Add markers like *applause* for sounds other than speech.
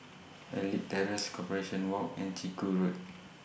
Elite Terrace *noise* Corporation Walk and Chiku Road